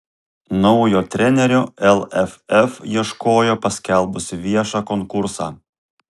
naujo trenerio lff ieškojo paskelbusi viešą konkursą